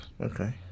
Okay